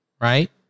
right